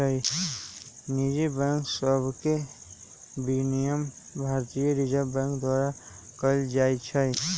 निजी बैंक सभके विनियमन भारतीय रिजर्व बैंक द्वारा कएल जाइ छइ